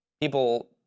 people